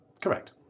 correct